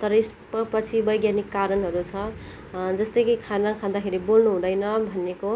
तर यसको पछि वैज्ञानिक कारणहरू छ जस्तै कि खाना खाँदा खेरि बोल्नु हुँदैन भन्नेको